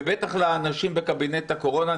ובטח לאנשים בקבינט הקורונה.